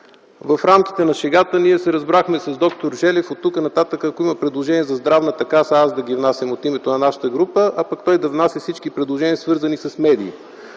В рамките на шегата, ние се разбрахме с д-р Желев оттук нататък, ако има предложения за Здравната каса, аз да ги внасям от името на нашата група, а пък той да внася всички предложения, свързани с медиите.